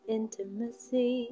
intimacy